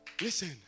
Listen